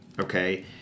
Okay